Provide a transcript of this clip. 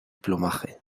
plumaje